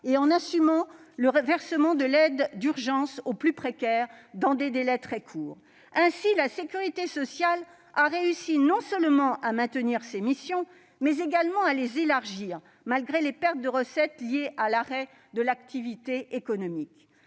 et en assumant le versement aux plus précaires de l'aide d'urgence, dans des délais très courts. Ainsi, elle a réussi non seulement à maintenir ses missions mais également à les élargir, malgré les pertes de recettes liées à l'arrêt de l'activité économique.